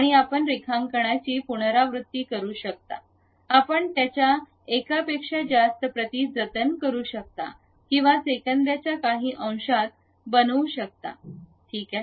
आणि आपण रेखांकनाची पुनरावृत्ती करू शकता आपण त्याच्या एकापेक्षा जास्त प्रती जतन करू शकता आणि सेकंदांच्या काही अंशात बनवू शकता ठीक आहे